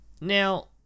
now